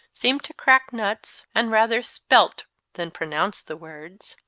seemed to crack nuts, and rather spelt than pronounced the words,